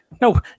No